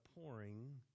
pouring